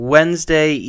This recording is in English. Wednesday